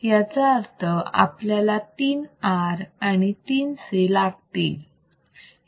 याचा अर्थ आपल्याला 3 R आणि 3 C लागतील